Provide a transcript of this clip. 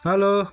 hello